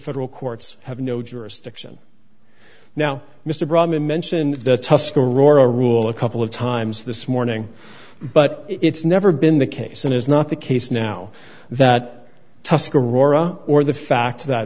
federal courts have no jurisdiction now mr brahman mentioned the tuscarora rule a couple of times this morning but it's never been the case and is not the case now that tuscarora or the fact that